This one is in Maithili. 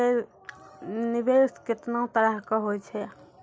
निवेश केतना तरह के होय छै?